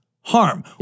harm